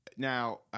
Now